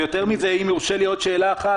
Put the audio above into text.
ויותר מזה, אם יורשה לי עוד שאלה אחת.